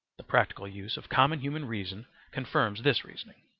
the practical use of common human reason confirms this reasoning.